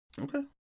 Okay